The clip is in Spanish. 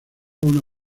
una